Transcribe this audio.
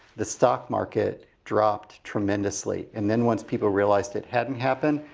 the stock market dropped tremendously, and then once people realized that hadn't happened,